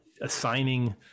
assigning